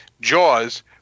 Jaws